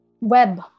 web